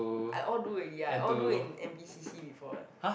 I all do already ya I all do in N_P_C_C before eh